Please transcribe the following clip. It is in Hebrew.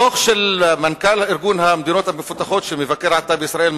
הדוח של מזכ"ל ארגון המדינות המפותחות שמבקר עתה בישראל,